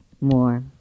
more